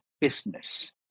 business